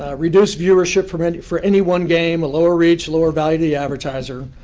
reduced viewership for for any one game, a lower reach, lower value to the advertiser.